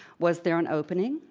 was there an opening?